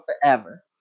forever